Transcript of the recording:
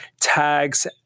tags